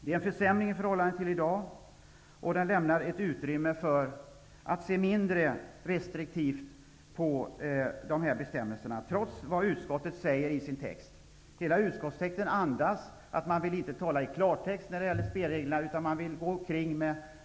Det är en försämring i förhållande till dagens ordning, och den lämnar ett utrymme för att se mindre restriktivt på dessa bestämmelser, trots det utskottet säger i sin text. Hela utskottstexten andas att man inte vill tala i klartext när det gäller spelreglerna, utan man vill gå omkring